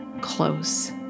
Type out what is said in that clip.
close